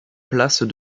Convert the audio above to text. place